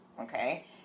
Okay